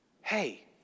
hey